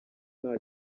nta